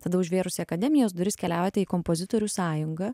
tada užvėrusi akademijos duris keliauti į kompozitorių sąjungą